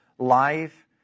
life